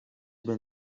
been